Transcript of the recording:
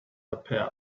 appeared